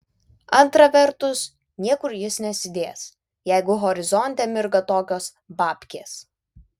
antra vertus niekur jis nesidės jeigu horizonte mirga tokios babkės